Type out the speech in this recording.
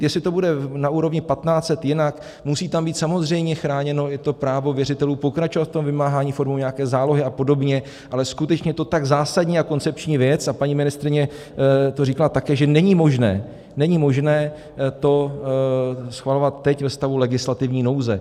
Jestli to bude na úrovni 1 500, jinak, musí tam být samozřejmě chráněno i to právo věřitelů pokračovat v tom vymáhání formou nějaké zálohy apod., ale skutečně je to tak zásadní a koncepční věc, a paní ministryně to říkala také, že není možné, není možné to schvalovat teď ve stavu legislativní nouze.